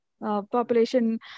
population